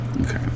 Okay